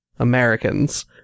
americans